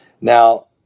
now